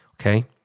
okay